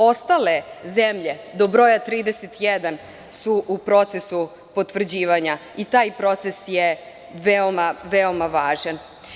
Ostale zemlje do broja 31 su u procesu potvrđivanja i taj proces je veoma važan.